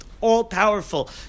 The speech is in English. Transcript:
all-powerful